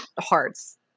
hearts